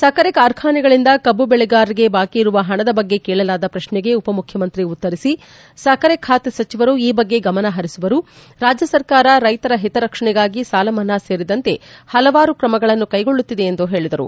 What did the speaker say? ಸಕ್ಕರೆ ಕಾರ್ಖಾನೆಗಳಿಂದ ಕಬ್ಬು ಬೆಳೆಗಾರರಿಗೆ ಬಾಕಿ ಇರುವ ಹಣದ ಬಗ್ಗೆ ಕೇಳಲಾದ ಪ್ರಕ್ಷೆಗೆ ಉಪ ಮುಖ್ಯಮಂತ್ರಿ ಉತ್ತರಿಸಿ ಸಕ್ಕರೆ ಖಾತೆ ಸಚಿವರು ಈ ಬಗ್ಗೆ ಗಮನ ಹರಿಸುವರು ರಾಜ್ಯ ಸರ್ಕಾರ ರೈತರ ಹಿತರಕ್ಷಣೆಗಾಗಿ ಸಾಲ ಮನ್ನಾ ಸೇರಿದಂತೆ ಹಲವಾರು ಕ್ರಮಗಳನ್ನು ಕೈಗೊಳ್ಳುತ್ತಿದೆ ಎಂದು ಹೇಳಿದರು